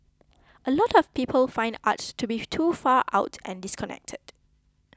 a lot of people find art to be too far out and disconnected